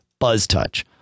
BuzzTouch